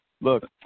look